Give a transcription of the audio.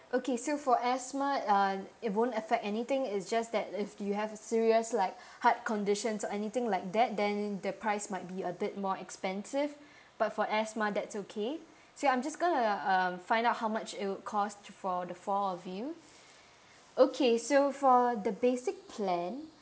okay so for asthma uh it won't affect anything it's just that if you have a serious like heart conditions or anything like that then the price might be a bit more expensive but for asthma that's okay so I'm just going to uh find out how much it would cost for the four of you okay so for the basic plan